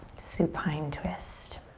supine twist.